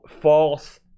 false